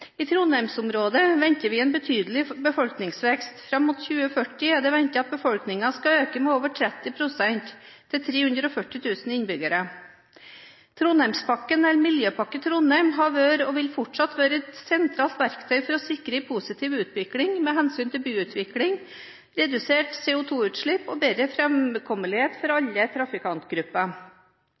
I Trondheims-området venter vi en betydelig befolkningsvekst. Fram mot 2040 er det ventet at befolkningen skal øke med over 30 pst. til 340 000 innbyggere. Trondheimspakken, Miljøpakken i Trondheim, har vært og vil fortsette å være et helt sentralt verktøy for å sikre en positiv utvikling med hensyn til byutvikling, reduserte CO2-utslipp og bedre framkommelighet for alle trafikantgrupper.